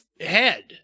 head